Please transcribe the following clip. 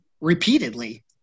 repeatedly